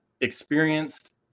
experienced